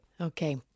okay